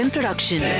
Production।